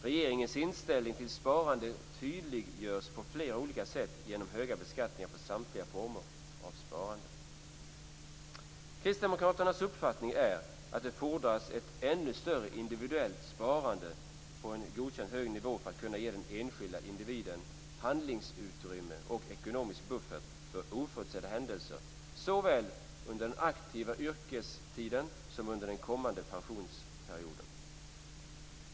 Regeringens inställning till sparande tydliggörs på flera olika sätt genom höga beskattningar på samtliga former av sparande. Kristdemokraternas uppfattning är att det fordras ett ännu större individuellt sparande på en godkänt hög nivå för att kunna ge den enskilde individen handlingsutrymme och ekonomisk buffert för oförutsedda händelser såväl under den aktiva yrkestiden som under den kommande pensionsperioden.